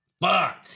Fuck